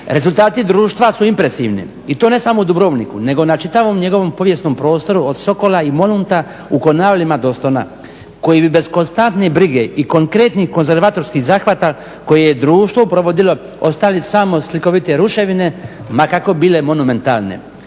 Rezultati društva su impresivni i to ne samo u Dubrovniku nego na čitavom njegovom povijesnom prostoru od Sokola i Molunata u Konavlima do Stona koji bi bez konstantne brige i konkretnih konzervatorskih zahvata koje je društvo provodilo ostale samo slikovite ruševine ma kako bile monumentalne.